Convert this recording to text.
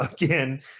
Again